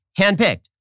handpicked